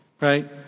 right